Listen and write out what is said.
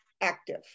active